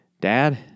Dad